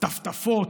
טפטפות,